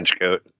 coat